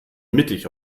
mittig